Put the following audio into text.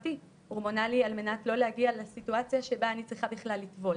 תרופתי הורמונלי על מנת לא להגיע לסיטואציה שאני צריכה בכלל לטבול.